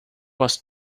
was